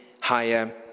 higher